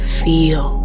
feel